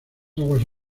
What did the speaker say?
aguas